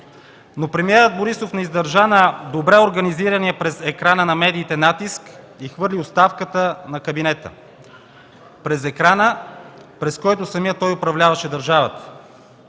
Но премиерът Борисов не издържа на добре организирания през екрана на медиите натиск и хвърли оставката на кабинета. През екрана, през който самият той управляваше държавата.